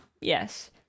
Yes